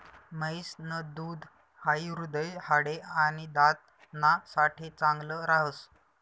म्हैस न दूध हाई हृदय, हाडे, आणि दात ना साठे चांगल राहस